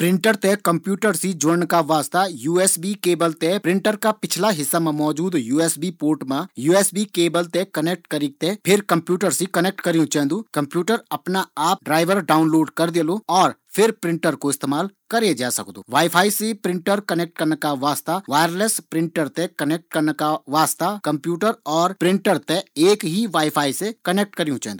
प्रिंटर थें कंप्यूटर से जोड़ना का वास्ता यूएसबी केबल थें प्रिंटर का पिछला हिस्सा मा मौजूद यूएसबी पोर्ट मा केबल थें कनेक्ट करी थें फिर कंप्यूटर से कनेक्ट करियूँ चैन्दू। कंप्यूटर आपणा आप ट्राईवर डाउनलोड कर दिलु। और फिर प्रिंटर कू इस्तेमाल करै जै सकदु। वाइ फाई से प्रिंटर कनेक्ट करना का वास्ता वायरलेस प्रिंटर थें कनेक्ट करना का वास्ता और प्रिंटर थें एक ही वाइ फाई से कनेक्ट करियूँ चैन्दू।